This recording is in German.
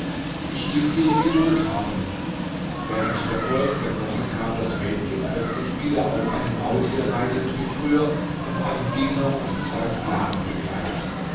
hieß sie geduld haben während der folgenden woche kam das mädchen plötzlich wieder auf einem maultier reitend wie früher von einem diener und zwei sklaven begleitet